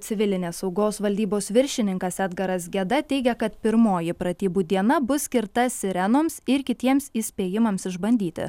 civilinės saugos valdybos viršininkas edgaras geda teigia kad pirmoji pratybų diena bus skirta sirenoms ir kitiems įspėjimams išbandyti